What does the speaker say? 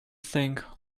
think